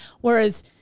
whereas